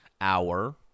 hour